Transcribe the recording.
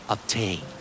Obtain